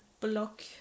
block